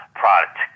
product